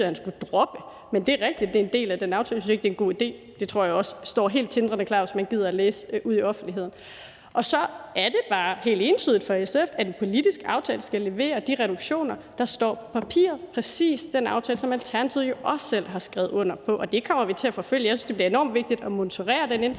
at han skulle droppe. Men det er rigtigt, at det er en del af den aftale. Jeg synes ikke, at det er en god idé. Det tror jeg også står helt tindrende klart, selv hvis man ikke gider læse, ude i offentligheden. Og så er det bare helt entydigt for SF, at en politisk aftale skal levere de reduktioner, der står på papiret – præcis den aftale, som Alternativet også selv har skrevet under på. Og det kommer vi til at forfølge. Jeg synes, det bliver enormt vigtigt at monitorere den indsats,